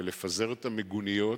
ולפזר את המיגוניות,